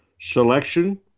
selection